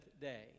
day